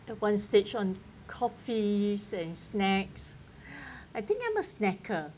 at one stage on coffees and snacks I think I'm a snacker